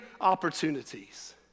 opportunities